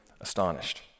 astonished